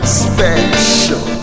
special